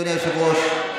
אדוני היושב-ראש,